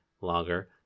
longer